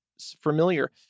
Familiar